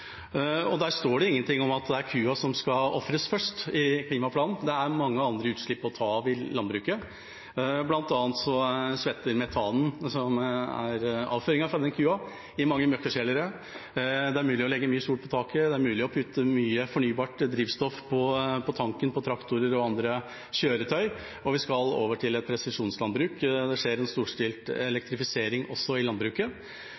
står ingenting der om at det er kua som skal ofres først i klimaplanen. Det er mange andre utslipp å ta av i landbruket. Blant annet svetter metanen som er i avføringen fra kua, i mange møkkakjellere. Det er mulig å legge mye solpanel på taket, det er mulig å putte mye fornybart drivstoff på tanken på traktorer og andre kjøretøy, og vi skal over til et presisjonslandbruk. Det skjer en storstilt elektrifisering også i landbruket.